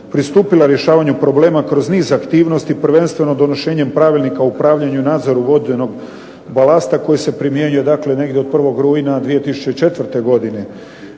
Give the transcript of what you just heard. pristupila rješavanju problema kroz niz aktivnosti prvenstveno donošenje Pravilnika o upravljanju i nadzoru vodenog balasta koji se primjenjuje negdje od 1. rujna 2004. godine,